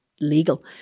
legal